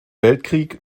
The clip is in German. weltkrieg